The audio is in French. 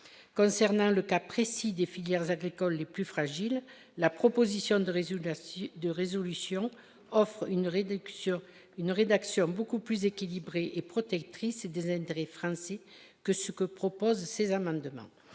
concernant le cas précis des filières agricoles les plus fragiles, la proposition de résultats de résolution offre une réduction une rédaction beaucoup plus équilibrée et protectrice des intérêts français, que ce que proposent ces hommes